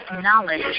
knowledge